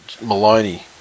Maloney